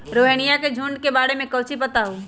रोहिनया के झुंड के बारे में कौची पता हाउ?